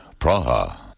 Praha